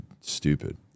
stupid